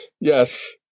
yes